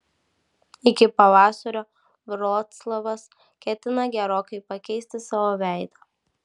iki pavasario vroclavas ketina gerokai pakeisti savo veidą